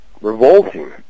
revolting